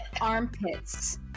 armpits